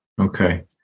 Okay